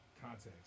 Context